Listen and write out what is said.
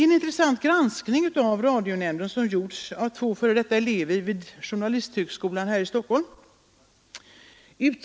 En intressant granskning av radionämnden har gjorts av två f. d. elever vid Journalisthögskolan här i Stockholm.